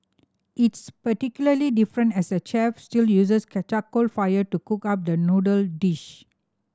it's particularly different as the chef still uses charcoal fire to cook up the noodle dish